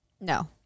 No